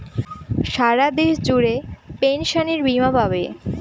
সারা দেশ জুড়ে পেনসনের বীমা পাবে